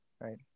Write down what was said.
Right